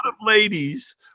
ladies